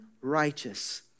righteous